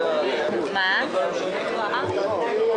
ננעלה בשעה 12:47.